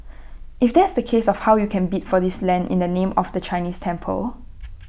if that is the case how can you bid for this land in the name of A Chinese temple